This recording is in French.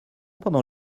pendant